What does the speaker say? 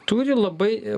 turi labai